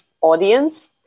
audience